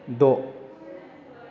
द